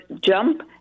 jump